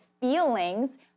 feelings